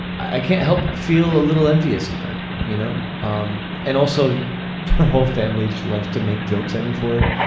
i can't help but feel a little envious of them you know um and also her whole family just likes to make jokes emmy for it.